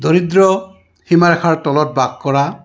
দৰিদ্ৰ সীমাৰেখাৰ তলত বাস কৰা